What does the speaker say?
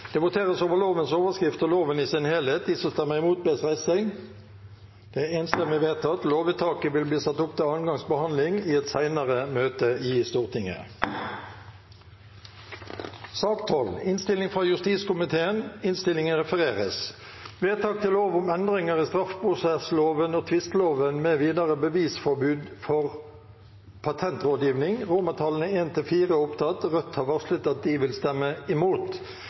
Det voteres over lovens overskrift og loven i sin helhet. Lovvedtaket vil bli satt opp til andre gangs behandling i et senere møte i Stortinget. Det voteres over lovens overskrift og loven i sin helhet. Lovvedtaket vil bli satt opp til andre gangs behandling i et senere møte i Stortinget. Rødt har varslet at de vil stemme imot.